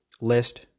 list